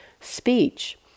Speech